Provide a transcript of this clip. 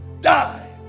die